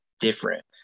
different